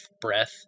breath